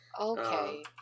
Okay